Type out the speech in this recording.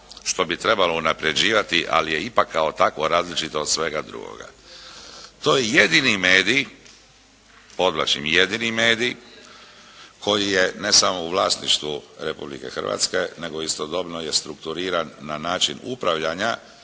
što bi trebalo unaprijeđivati ali je ipak kao takvo različito od svega drugoga. To je jedini medij, podvlačim jedini medij koji je ne samo u vlasništvu Republike Hrvatske nego istodobno je strukturiran na način upravljanja